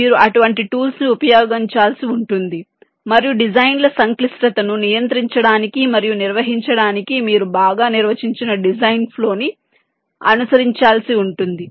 మీరు అటువంటి టూల్స్ ను ఉపయోగించాల్సి ఉంటుంది మరియు డిజైన్ల సంక్లిష్టతను నియంత్రించడానికి మరియు నిర్వహించడానికి మీరు బాగా నిర్వచించిన డిజైన్ ఫ్లో ని అనుసరించాల్సి ఉంటుంది